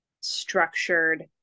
structured